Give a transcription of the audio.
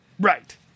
Right